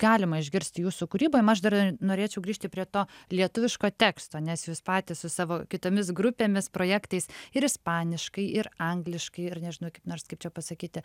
galima išgirsti jūsų kūryboj aš dar norėčiau grįžti prie to lietuviško teksto nes jūs patys su savo kitomis grupėmis projektais ir ispaniškai ir angliškai ir nežinau kaip nors kaip čia pasakyti